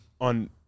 on